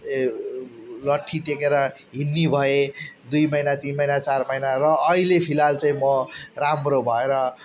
ए लट्ठी टेकेर हिँड्ने भएँ दुई महिना तिन महिना चार महिना र अहिले फिलहाल चैँ म राम्रो भएर